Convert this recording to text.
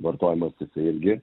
vartojimas jisai irgi